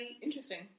Interesting